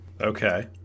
Okay